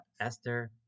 Esther